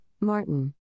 Martin